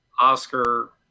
Oscar